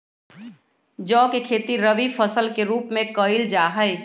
जौ के खेती रवि फसल के रूप में कइल जा हई